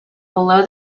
below